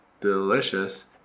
delicious